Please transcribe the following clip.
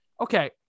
Okay